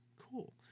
Cool